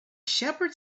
shepherd